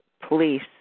police